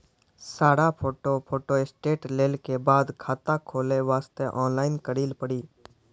सारा photo photostat लेल के बाद खाता खोले वास्ते ऑनलाइन करिल पड़ी?